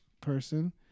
person